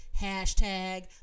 Hashtag